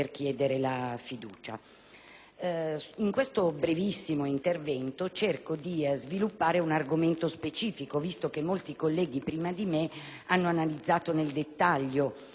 In questo breve intervento cercherò di sviluppare un argomento specifico, dal momento che molti colleghi, prima di me, hanno analizzato nel dettaglio il provvedimento.